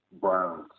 Browns